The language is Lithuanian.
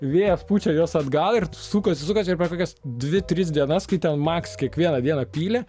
vėjas pučia juos atgal ir sukasi sukasi ir per kokias dvi tris dienas kai ten maks kiekvieną dieną pylė